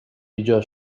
ایجاد